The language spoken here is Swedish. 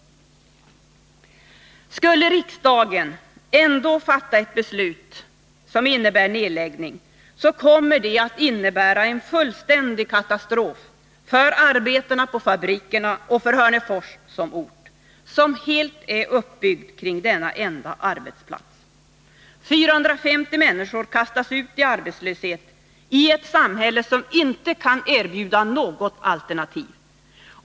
Skulle riksdagen ändå fatta ett beslut som innebär nedläggning, kommer det att innebära en fullständig katastrof för arbetarna på fabrikerna och för Hörnefors som ort, som helt är uppbyggd kring denna enda arbetsplats. 450 människor kastas ut i arbetslöshet i ett samhälle som inte kan erbjuda något alternativ.